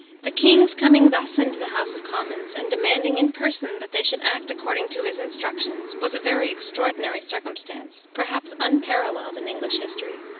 the king's coming thus into the house of commons, and demanding in person that they should act according to his instructions, was a very extraordinary circumstance perhaps unparalleled in english history.